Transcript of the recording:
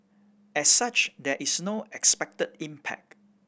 as such there is no expected impact